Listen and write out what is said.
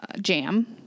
jam